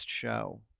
show